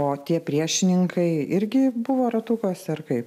o tie priešininkai irgi buvo ratukuose ar kaip